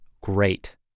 great